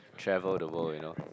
travel the world you know